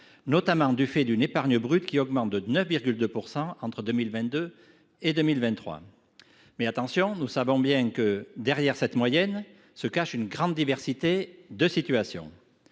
notamment du fait « d’une épargne brute qui augmente de 9,2 % entre 2022 et 2023 ». Mais, attention, nous savons bien que derrière cette moyenne se cachent de grandes disparités.